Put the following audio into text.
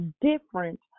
different